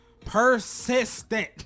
persistent